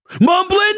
Mumbling